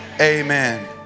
Amen